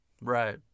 Right